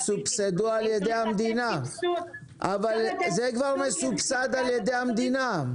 והן סובסדו כבר על ידי המדינה.